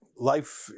Life